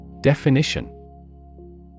Definition